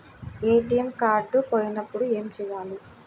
ATM card పోయినప్పుడు ఏమి చేయాలి?